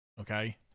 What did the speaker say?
okay